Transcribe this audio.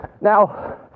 Now